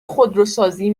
خودروسازی